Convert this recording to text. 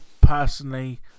personally